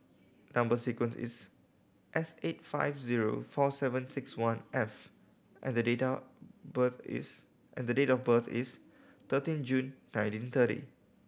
number sequence is S eight five zero four seven six one F and the data birth is and the date of birth is thirteen June nineteen thirty